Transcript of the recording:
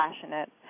passionate